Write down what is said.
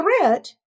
threat